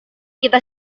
kita